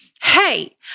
hey